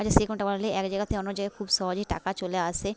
কাছে বাড়ালে এক জায়গা থেকে অন্য জায়গায় খুব সহজেই টাকা চলে আসে